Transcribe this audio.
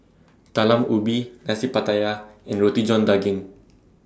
Talam Ubi Nasi Pattaya and Roti John Daging